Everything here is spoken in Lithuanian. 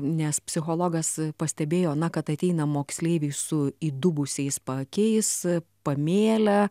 nes psichologas pastebėjo na kad ateina moksleiviai su įdubusiais paakiais pamėlę